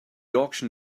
auction